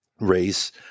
race